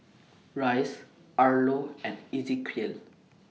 Rice Arlo and Ezequiel